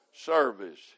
service